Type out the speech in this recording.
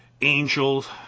Angels